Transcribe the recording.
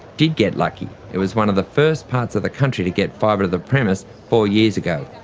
did get lucky, it was one of the first parts of the country to get fibre-to-the-premise four years ago.